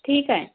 ठीक आहे